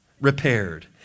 repaired